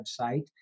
website